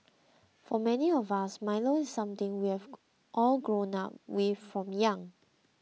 for many of us Milo is something we have all grown up with from young